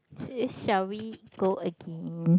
shall we go again